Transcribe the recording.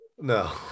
No